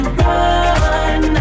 run